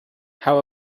how